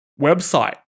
website